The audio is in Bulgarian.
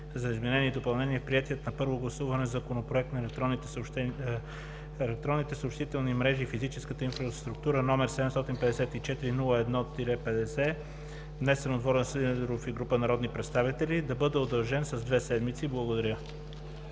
за изменения и допълнения в приетия на първо гласуване Законопроект за електронните съобщителни мрежи и физическата инфраструктура, № 754-01-50, внесен от Волен Сидеров и група народни представители, да бъде удължен с две седмици. Благодаря.